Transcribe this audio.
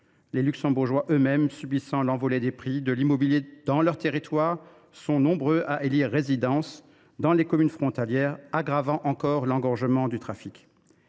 Les Luxembourgeois eux mêmes, parce qu’ils subissent l’envolée des prix de l’immobilier dans leur territoire, sont nombreux à élire domicile dans les communes frontalières, ce qui aggrave encore l’engorgement du trafic